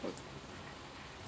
oh